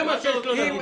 זה מה שיש לו להגיד.